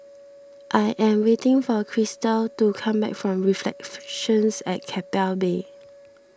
I am waiting for Krystal to come back from reflect flection at Keppel Bay